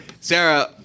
Sarah